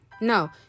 No